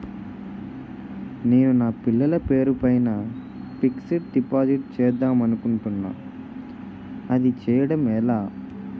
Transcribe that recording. నేను నా పిల్లల పేరు పైన ఫిక్సడ్ డిపాజిట్ చేద్దాం అనుకుంటున్నా అది చేయడం ఎలా?